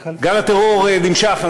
גל הטרור נמשך,